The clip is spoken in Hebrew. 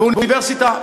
באוניברסיטה,